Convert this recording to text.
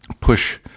push